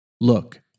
Look